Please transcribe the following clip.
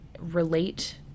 relate